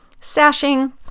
sashing